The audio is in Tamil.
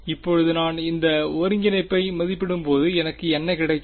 இப்போது நான் இந்த ஒருங்கிணைப்பை மதிப்பிடும்போது எனக்கு என்ன கிடைக்கும்